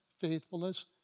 faithfulness